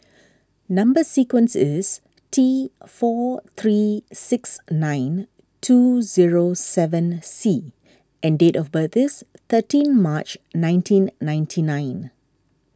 Number Sequence is T four three six nine two zero seven C and date of birth is thirteen March nineteen ninety nine